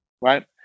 Right